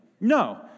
No